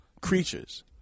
creatures